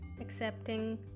accepting